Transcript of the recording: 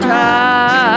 time